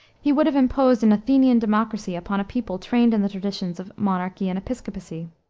he would have imposed an athenian democracy upon a people trained in the traditions of monarchy and episcopacy.